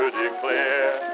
declare